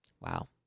Wow